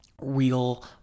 real